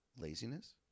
laziness